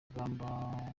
rugamba